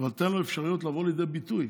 אבל תן לו אפשרות לבוא לידי ביטוי,